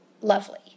lovely